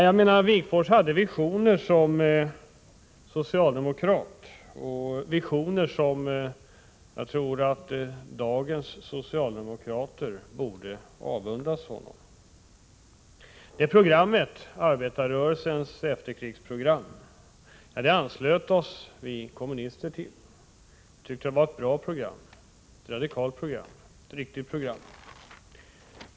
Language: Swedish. Jag menar att Wigforss hade visioner som jag tycker att dagens socialdemokrater borde avundas honom. Vi kommunister anslöt oss till arbetarrörelsens efterkrigsprogram. Vi ansåg att det var ett bra och radikalt program.